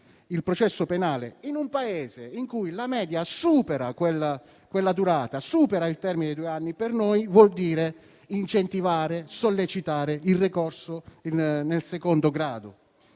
il processo penale, in un Paese in cui la durata media supera il termine dei due anni, per noi vuol dire incentivare e sollecitare il ricorso in secondo grado,